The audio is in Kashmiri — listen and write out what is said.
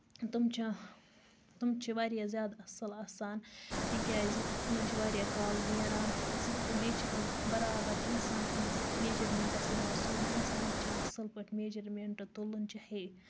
تٕم چھِ تٕم چھِ واریاہ زیادٕ اَصٕل آسان تِکیازِ تِمَن چھُ واریاہ کال نیران سٕژ بیٚیہِ چھِ تِم برابر اِنسان سٔندِس میجیمینٹَس یِوان سُونہٕ اِنسان چھُ یِوان اَصٕل پٲٹھۍ میجرمینٹ تُلٕنۍ چھُ ہے